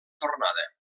tornada